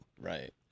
Right